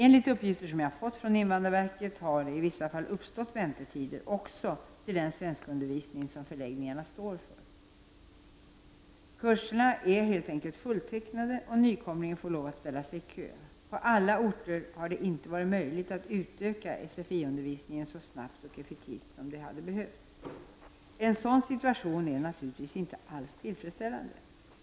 Enligt uppgifter som jag har fått från invandrarverket har det i vissa fall uppstått väntetider också till den svenskundervisning som förläggningarna står för. Kurserna är helt enkelt fulltecknade, och nykomlingen får lov att ställa sig i kö. På alla orter har det inte varit möjligt att utöka SFI-undervisningen så snabbt och effektivt som det hade behövts. En sådan situation är naturligtvis inte alls tillfredsställande.